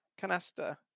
canasta